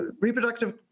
reproductive